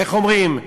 איך אומרים,